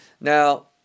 now